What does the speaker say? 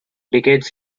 decades